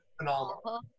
phenomenal